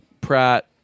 Pratt